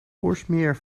oorsmeer